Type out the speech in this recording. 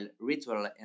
ritual